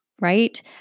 Right